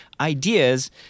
ideas